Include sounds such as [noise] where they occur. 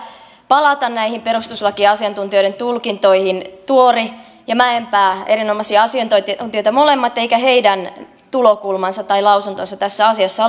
palata näihin perustuslakiasiantuntijoiden tulkintoihin tuori ja mäenpää erinomaisia asiantuntijoita molemmat eivätkä heidän tulokulmansa tai lausuntonsa tässä asiassa [unintelligible]